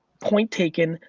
point taken,